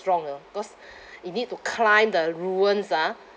strong you know because you need to climb the ruins ah